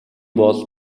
бол